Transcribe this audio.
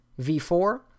V4